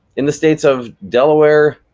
in the states of delaware,